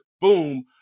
boom